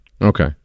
Okay